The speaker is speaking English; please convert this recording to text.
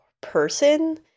person